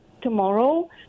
Tomorrow